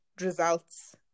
results